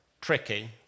tricky